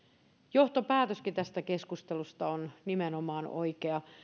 johtopäätöskin tästä keskustelusta on nimenomaan oikea